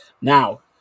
Now